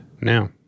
now